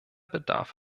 bedarf